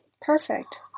Perfect